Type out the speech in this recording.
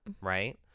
right